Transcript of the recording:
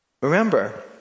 Remember